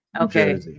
Okay